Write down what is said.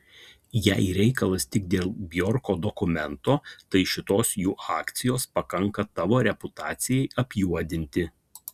jei reikalas tik dėl bjorko dokumento tai šitos jų akcijos pakanka tavo reputacijai apjuodinti